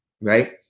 right